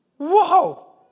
Whoa